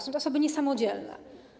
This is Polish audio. Są to osoby niesamodzielne.